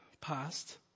past